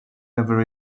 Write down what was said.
never